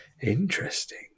Interesting